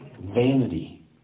Vanity